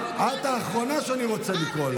מפאת כבודך אני אהיה